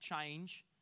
change